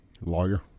Lawyer